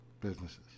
businesses